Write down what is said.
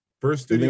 first